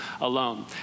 alone